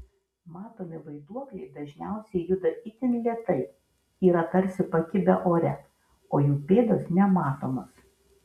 matomi vaiduokliai dažniausiai juda itin lėtai yra tarsi pakibę ore o jų pėdos nematomos